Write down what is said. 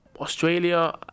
australia